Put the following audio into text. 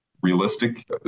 realistic